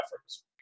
efforts